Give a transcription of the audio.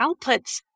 outputs